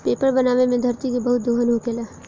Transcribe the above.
paper बनावे मे धरती के बहुत दोहन होखेला